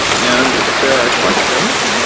and if there are questions,